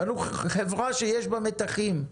אנחנו חברה שיש בה מתחים,